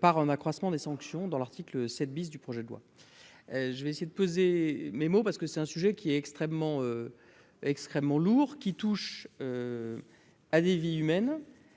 par un accroissement des sanctions dans l'article 7 bis du projet de loi. Je vais essayer de peser mes mots parce que c'est un sujet qui est extrêmement, extrêmement lourd, qui touche à des vies humaines